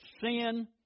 sin